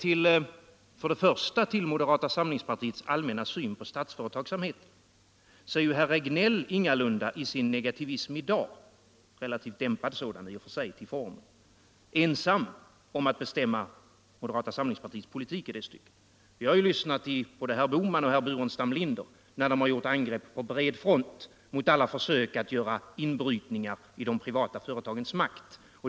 Emellertid är ju herr Regnéll i sin negativism i dag — relativt dämpad sådan till formen — ingalunda ensam om att bestämma moderata samlingspartiets syn på statlig företagsamhet. Vi har lyssnat till både herr Bohman och herr Burenstam Linder när de gått till angrepp på bred front mot alla försök att göra inbrytningar i de privata företagens makt.